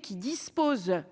qui disposent